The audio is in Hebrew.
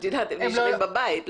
יושבים בבית,